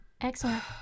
excellent